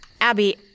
Abby